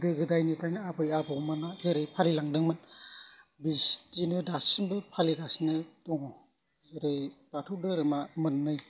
गोदो गोदायनिफ्रायनो आबै आबौमोनहा जेरै फालि लांदोंमोन बिदिनो दासिमबो फालिलांगासिनो दङ जेरै बाथौ धोरोमा मोननै